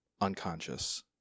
Unconscious